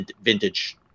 vintage